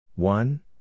One